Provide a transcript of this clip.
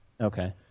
Okay